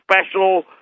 special